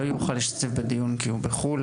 שלא יוכל להשתתף בדיון כי הוא בחו"ל,